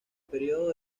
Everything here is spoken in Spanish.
período